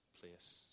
place